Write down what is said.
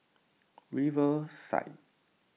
riverside